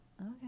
okay